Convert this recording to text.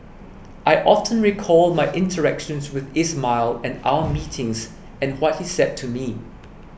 I often recall my interactions with Ismail and our meetings and what he said to me